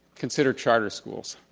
consider charter schools.